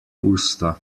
usta